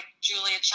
Julia